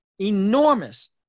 enormous